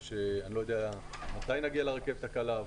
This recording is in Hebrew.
ואני לא יודע מתי נגיע לרכבת הקלה.